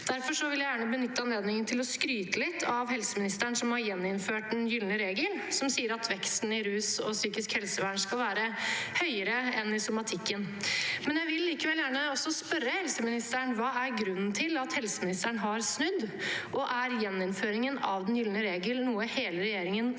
Derfor vil jeg gjerne benytte anledningen til å skryte litt av helseministeren, som har gjeninnført den gylne regel som sier at veksten i rusbehandling og psykisk helsevern skal være høyere enn veksten i somatikken. Likevel vil jeg gjerne også spørre helseministeren: Hva er grunnen til at helseministeren har snudd, og er gjeninnføringen av den gylne regel noe hele regjeringen